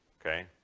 Okay